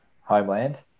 homeland